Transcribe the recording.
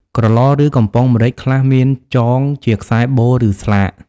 ក្រឡ ឬ កំប៉ុងម្រេចខ្លះមានចងជាខ្សែបូ ឬស្លាក។